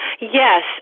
Yes